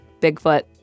Bigfoot